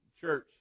church